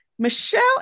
Michelle